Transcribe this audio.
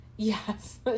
Yes